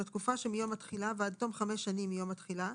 בתקופה שמיום התחילה ועד תום חמש שנים מים התחילה,